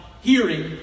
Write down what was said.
hearing